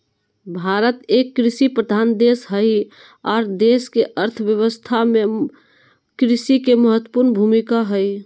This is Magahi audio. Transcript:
भारत एक कृषि प्रधान देश हई आर देश के अर्थ व्यवस्था में कृषि के महत्वपूर्ण भूमिका हई